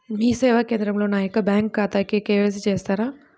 మీ సేవా కేంద్రంలో నా యొక్క బ్యాంకు ఖాతాకి కే.వై.సి చేస్తారా?